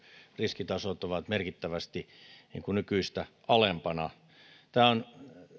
riskitasot ovat merkittävästi nykyistä alempana